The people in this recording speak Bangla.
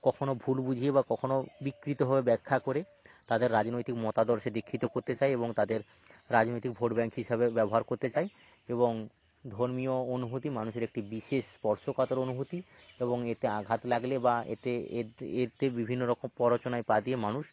কখনও ভুল বুঝিয়ে বা কখনও বিকৃতভাবে ব্যাখ্যা করে তাদের রাজনৈতিক মতাদর্শে দীক্ষিত করতে চায় এবং তাদের রাজনৈতিক ভোট ব্যাংক হিসাবে ব্যবহার করতে চায় এবং ধর্মীয় অনুভূতি মানুষের একটি বিশেষ স্পর্শকাতর অনুভূতি এবং এতে আঘাত লাগলে বা এতে এর এতে বিভিন্নরকম প্ররচনায় পা দিয়ে মানুষ